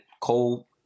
coal